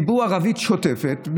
והם דיברו ערבית שוטפת,